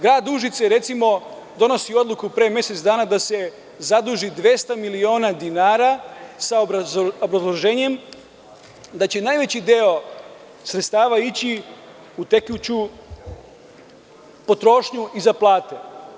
Grad Užice je recimo donosio odluku pre mesec dana da se zaduži 200 miliona dinara, sa obrazloženjem da će najveći deo sredstava ići u tekuću potrošnju i za plate.